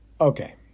Okay